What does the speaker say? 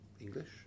English